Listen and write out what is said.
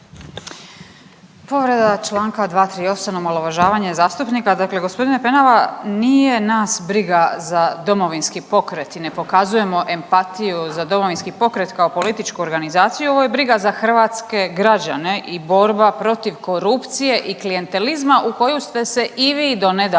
Povreda čl. 238., omalovažavanje zastupnika. Dakle, g. Penava, nije nas briga za Domovinski pokret i ne pokazujemo empatiju za Domovinski pokret kao političku organizaciju, ovo je briga za hrvatske građane i borba protiv korupcije i klijentelizma u koju ste se i vi donedavno